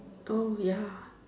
oh ya